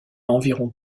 environ